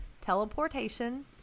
teleportation